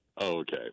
Okay